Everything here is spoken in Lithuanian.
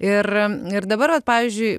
ir ir dabar pavyzdžiui